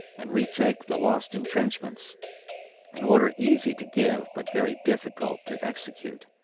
and retake the lost intrenchments an order easy to give, but very difficult to execute.